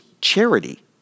charity